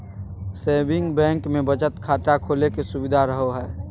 saving bank मे बचत खाता खोले के सुविधा रहो हय